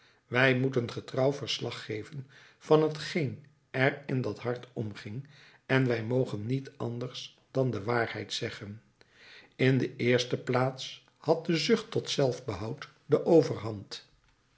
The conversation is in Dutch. wij moeten getrouw verslag geven van t geen er in dat hart omging en wij mogen niet anders dan de waarheid zeggen in de eerste plaats had de zucht tot zelfbehoud de overhand